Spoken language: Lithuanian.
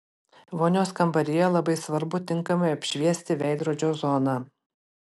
vonios kambaryje labai svarbu tinkamai apšviesti veidrodžio zoną